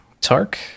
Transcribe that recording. Tark